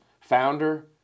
founder